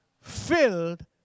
Filled